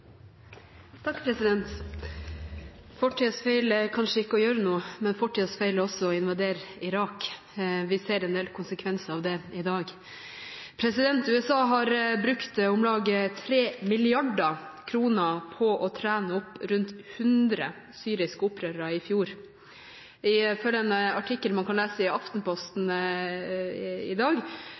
kanskje det å ikke gjøre noe, men fortidens feil er også å invadere Irak. Vi ser en del konsekvenser av det i dag. USA brukte om lag 3 mrd. kr på å trene opp rundt hundre syriske opprørere i fjor. Ifølge en artikkel man kan lese i Aftenposten i dag,